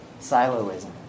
siloism